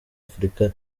afurika